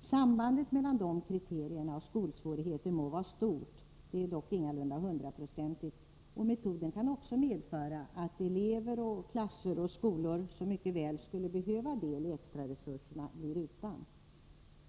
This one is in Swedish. Sambandet mellan kriterierna och skolsvårigheterna må vara stort, men det är ingalunda hundraprocentigt. Metoden kan dessutom medföra att elever, klasser och skolor som mycket väl skulle behöva få del av extra resurser blir utan.